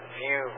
view